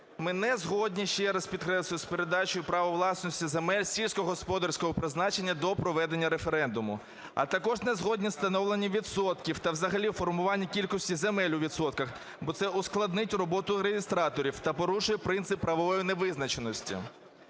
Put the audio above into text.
Ми не згодні, ще раз підкреслюю, з передачею права власності земель сільськогосподарського призначення до проведення референдуму, а також не згоді з встановленням відсотків, та й взагалі формування кількості земель у відсотках, бо це ускладнить роботу реєстраторів та порушує принцип правової невизначеності,